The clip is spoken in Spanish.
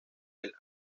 del